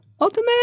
Ultimate